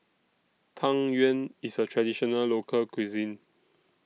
Tang Yuen IS A Traditional Local Cuisine